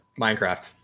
Minecraft